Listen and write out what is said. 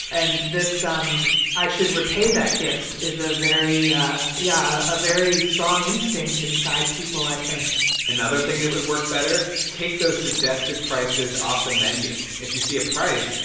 and this i should repay that gift is a very yeah yeah a very strong instinct inside people, i think another thing that would work better take those suggested prices off the menu. if you see a price,